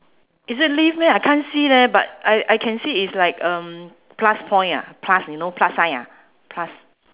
is it leaf meh I can't see leh but I I can see is like um plus point ah plus you know plus sign ah plus